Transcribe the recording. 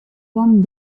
bon